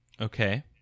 Okay